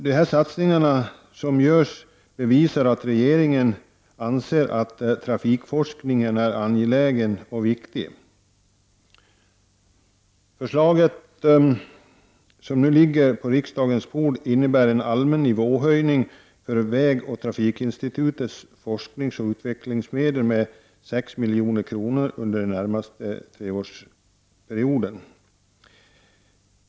De satsningar som föreslås visar att regeringen anser att trafikforskningen är viktig. Det förslag som nu ligger på riksdagens bord innebär en allmän nivåhöjning för vägoch trafikinstitutets forskningsoch utvecklingsmedel på 6 milj.kr. under den närmaste treårsperioden.